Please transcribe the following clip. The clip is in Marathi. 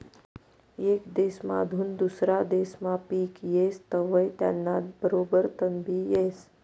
येक देसमाधून दुसरा देसमा पिक येस तवंय त्याना बरोबर तणबी येस